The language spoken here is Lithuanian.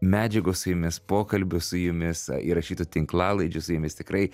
medžiagos su jumis pokalbių su jumis įrašytų tinklalaidžių su jumis tikrai